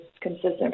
consistent